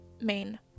main